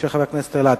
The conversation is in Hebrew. של חבר הכנסת אילטוב.